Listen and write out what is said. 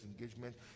engagement